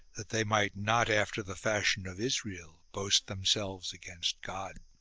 that they might not after the fashion of israel boast themselves against god.